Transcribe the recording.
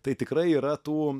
tai tikrai yra tų